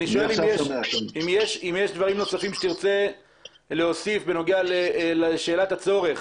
האם יש תרצה להוסיף דברים נוספים בנוגע לצורך